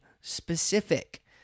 specific